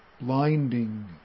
blinding